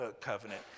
covenant